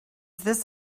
this